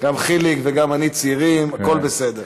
גם חיליק וגם אני צעירים, הכול בסדר.